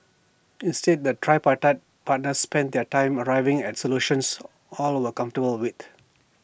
instead the tripartite partners spent their time arriving at solutions all were comfortable with